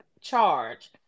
charge